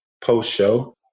post-show